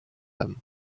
them